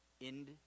end